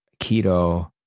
keto